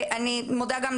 אני מבטיח שאני לא אפריע.